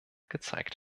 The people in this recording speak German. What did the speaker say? gezeigt